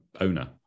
owner